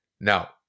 Now